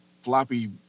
floppy